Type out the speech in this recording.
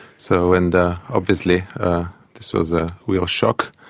so and obviously this was a real shock.